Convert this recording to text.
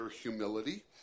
humility